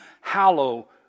hallow